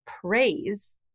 praise